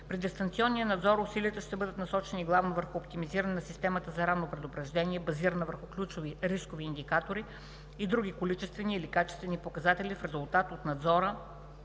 При дистанционния надзор усилията ще бъдат насочени главно върху: - оптимизиране на системата за ранно предупреждение, базирана върху ключови рискови индикатори и други количествени/качествени показатели в резултат от надзорната